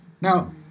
Now